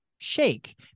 Shake